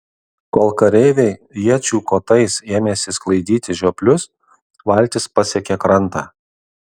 kol kareiviai iečių kotais ėmėsi sklaidyti žioplius valtis pasiekė krantą